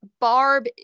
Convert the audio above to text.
Barb